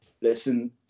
listen